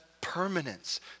permanence